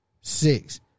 Six